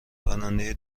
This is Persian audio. راننده